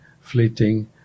fleeting